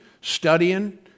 studying